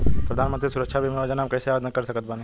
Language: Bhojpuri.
प्रधानमंत्री सुरक्षा बीमा योजना मे कैसे आवेदन कर सकत बानी?